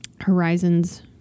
horizons